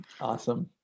Awesome